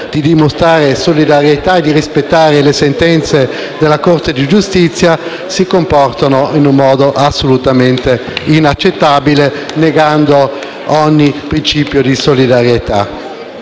di dimostrare solidarietà e di rispettare le sentenze della Corte di giustizia si comportano in modo assolutamente inaccettabile, negando ogni principio di solidarietà.